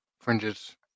fringes